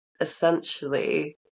essentially